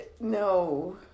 No